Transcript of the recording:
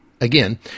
Again